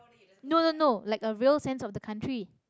no no no like a real sense of the country